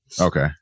Okay